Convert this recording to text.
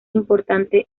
importante